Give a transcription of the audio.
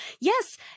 Yes